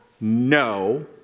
no